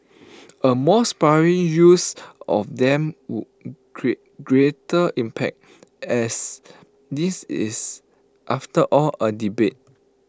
A more sparing use of them would create greater impact as this is after all A debate